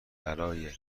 برای